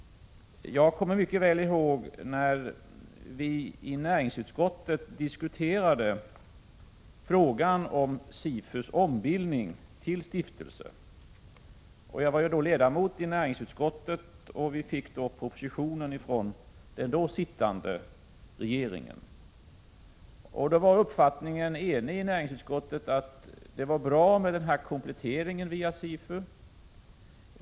Jag kommer mycket väl ihåg när vi i näringsutskottet diskuterade frågan om SIFU:s ombildning till stiftelse. Jag var ledamot av näringsutskottet när vi fick propositionen från den då sittande regeringen. Näringsutskottet var enigt om att det var bra med denna komplettering via SIFU.